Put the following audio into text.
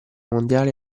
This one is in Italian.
mondiale